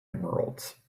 emeralds